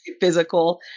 physical